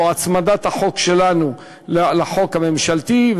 או הצמדת החוק שלנו לחוק הממשלתי,